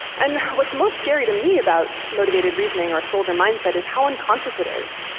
and what's most scary to me about motivated reasoning or soldier mindset, is how unconscious it is.